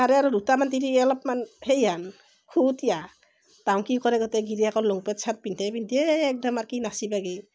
তাৰে আৰু দুটামান তিৰি অলপমান সেইহেন খুহুতীয়া তাহু কি কৰে গটেই গিৰিয়েকৰ লংপেন্ট চাৰ্ট পিন্ধে পিন্ধি এই একদম আৰু কি নাচি বাগি